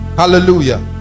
hallelujah